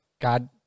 God